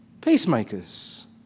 peacemakers